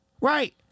Right